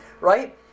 right